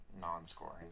non-scoring